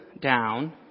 down